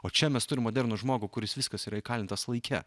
o čia mes turim modernų žmogų kuris viskas yra įkalintas laike